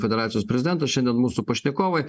federacijos prezidentas šiandien mūsų pašnekovai